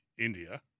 India